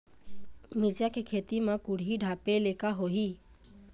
मिरचा के खेती म कुहड़ी ढापे ले का होही?